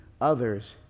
others